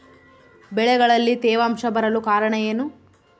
ಬೆಳೆಗಳಲ್ಲಿ ತೇವಾಂಶ ಬರಲು ಕಾರಣ ಏನು?